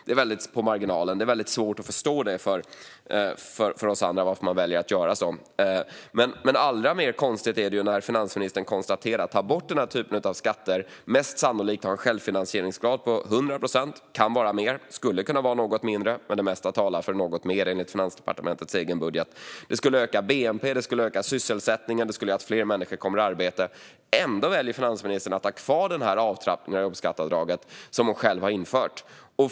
Det är väldigt på marginalen, och det är svårt för oss andra att förstå varför man väljer att göra på det sättet. Allra mest konstigt är det att finansministern konstaterar att självfinansieringsgraden för att ta bort den här typen av skatter mest sannolikt är 100 procent. Det kan vara mer. Det skulle kunna vara något mindre, men det mesta talar för något mer, enligt Finansdepartementets egen budget. Det skulle öka bnp, det skulle öka sysselsättningen och det skulle göra att fler människor kommer i arbete. Ändå väljer finansministern att ha kvar avtrappningen av jobbskatteavdraget, som hon själv har infört.